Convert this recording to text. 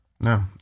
No